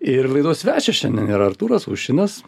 ir laidos svečias šiandien yra artūras uščinas